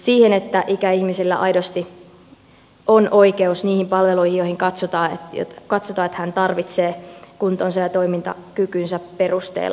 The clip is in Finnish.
siihen että ikäihmisillä aidosti on oikeus niihin palveluihin joita heidän katsotaan tarvitsevan kuntonsa ja toimintakykynsä perusteella